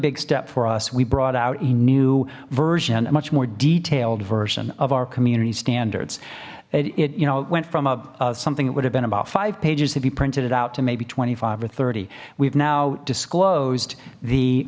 big step for us we brought out a new version a much more detailed version of our community standards it you know went from a something that would have been about five pages have you printed it out to maybe twenty five or thirty we've now disclosed